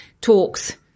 talks